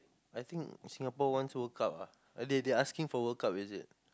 I think Singapore wants World-Cup ah they they asking for World-Cup is it